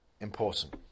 important